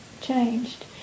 changed